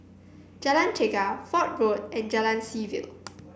Jalan Chegar Fort Road and Jalan Seaview